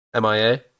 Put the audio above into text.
MIA